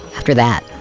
after that,